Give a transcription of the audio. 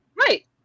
Right